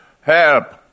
Help